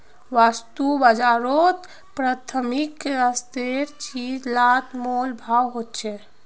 वास्तु बाजारोत प्राथमिक स्तरेर चीज़ लात मोल भाव होछे